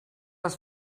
els